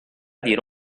dire